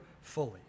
fully